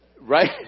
Right